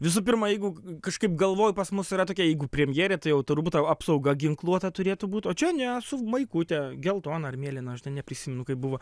visų pirma jeigu kažkaip galvoj pas mus yra tokia jeigu premjerė tai jau turbūt apsauga ginkluota turėtų būt o čia ne su maikute geltona ar mėlyna aš ten neprisimenu kaip buvo